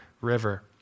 River